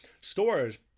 stores